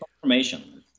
confirmation